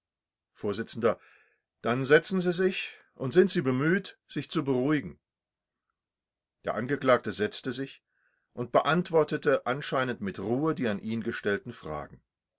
vors dann setzen sie sich und sind sie bemüht sich zu beruhigen der angeklagte setzte sich und beantwortete anscheinend mit ruhe die an ihn gestellten fragen